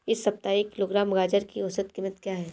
इस सप्ताह एक किलोग्राम गाजर की औसत कीमत क्या है?